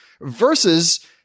versus